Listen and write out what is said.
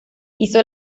hizo